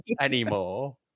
anymore